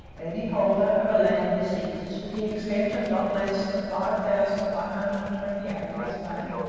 any holder of a land receipt to the extent of not less than five thousand one hundred and twenty acres may,